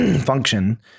function